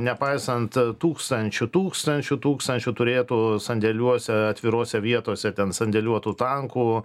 nepaisant tūkstančių tūkstančių tūkstančių turėtų sandėliuose atvirose vietose ten sandėliuotų tankų